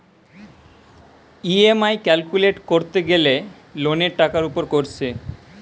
EMI calculate কোরতে গ্যালে লোনের টাকার উপর কোরছে